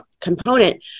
component